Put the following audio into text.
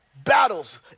Battles